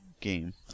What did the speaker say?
game